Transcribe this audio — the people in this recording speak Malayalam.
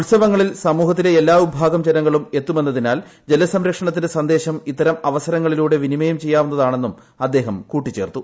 ഉത്സവങ്ങളിൽ സമൂഹത്തിലെ എല്ലാ ഷിഭാഗ്ം ജനങ്ങളും എത്തുമെന്നതിനാൽ ജലസംരക്ഷണത്തിന്റെ പ്സ്ന്ദേശം ഇത്തരം അവസരങ്ങളിലൂടെ വിനിമയം ചെയ്യാവുന്നതാണെന്നും അദ്ദേഹം കൂട്ടിച്ചേർത്തു